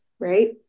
Right